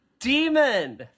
Demon